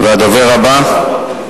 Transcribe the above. הדובר הבא,